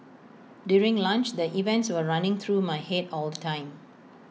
during lunch the events were running through my Head all the time